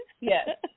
Yes